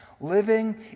Living